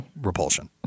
repulsion